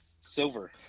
silver